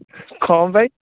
କ'ଣ ପାଇଁ